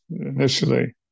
initially